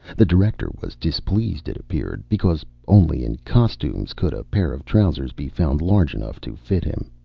the director was displeased, it appeared, because only in costumes could a pair of trousers be found large enough to fit him.